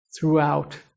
throughout